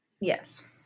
Yes